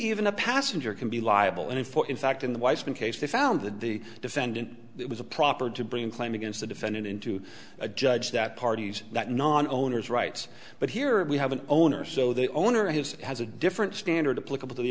even a passenger can be liable and for in fact in the weissman case they found that the defendant was a proper to bring a claim against the defendant in to a judge that parties that non owners rights but here we have an owner so the owner of his has a different standard of